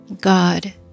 God